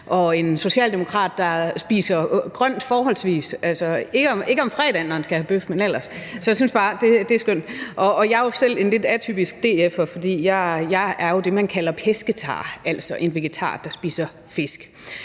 og en socialdemokrat, der spiser forholdsvis grønt – altså ikke om fredagen, når han skal have bøf, men ellers. Så jeg synes bare, det er skønt. Og jeg er jo selv en lidt atypisk DF'er, for jeg er jo det, man kalder pescetar, altså en vegetar, der spiser fisk.